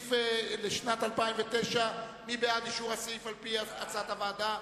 הסעיף לשנת 2009. מי בעד אישור הסעיף על-פי הצעת הוועדה?